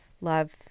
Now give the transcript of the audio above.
love